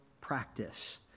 practice